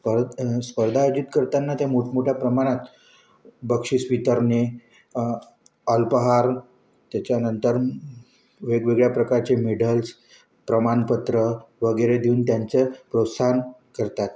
परत स्पर्धा आयोजित करताना त्या मोठमोठ्या प्रमाणात बक्षीस वितरणे अल्पहार त्याच्यानंतर वेगवेगळ्या प्रकारचे मेडल्स प्रमाणपत्र वगैरे देऊन त्यांचं प्रोत्साहन करतात